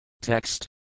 Text